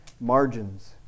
Margins